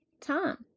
tom